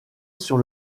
sur